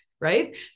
right